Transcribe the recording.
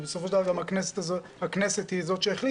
בסופו של דבר הכנסת היא זו שהחליטה,